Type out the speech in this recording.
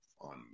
on